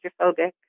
claustrophobic